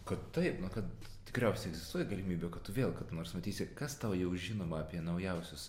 kad taip na kad tikriausiai egzistuoja galimybė kad tu vėl kada nors matysi kas tau jau žinoma apie naujausius